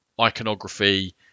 iconography